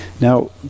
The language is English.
Now